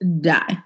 die